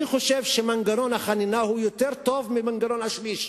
אני חושב שמנגנון החנינה הוא יותר טוב ממנגנון השליש,